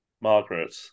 Margaret